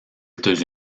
états